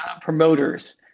promoters